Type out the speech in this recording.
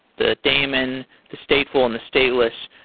the daemon, the stateful and the stateless,